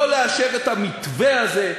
לא לאשר את המתווה הזה,